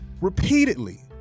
repeatedly